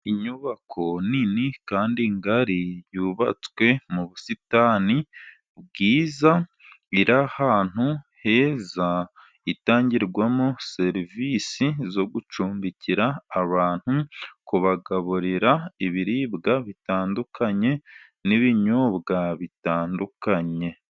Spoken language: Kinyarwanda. Inyubako nini kandi ngari yubatswe mu busitani bwiza, iri ahantu heza itangirwamo serivisi zo gucumbikira abantu, kubagaburira ibiribwa bitandukanye, n'ibinyobwa bitandukanye.